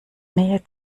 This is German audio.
nähe